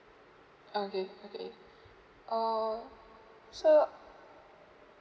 okay okay uh so